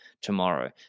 tomorrow